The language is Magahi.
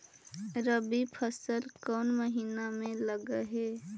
रबी फसल कोन महिना में लग है?